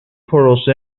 پروسه